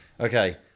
Okay